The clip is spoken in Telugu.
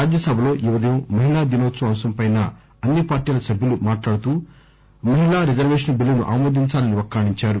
రాజ్యసభలో ఈ ఉదయం మహిళా దినోత్పవం అంశంపై అన్ని పార్టీల సభ్యులు మాట్లాడుతూ మహిళా రిజర్వేషన్ బిల్లును ఆమోదించాలని వక్కాణించారు